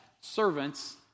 servants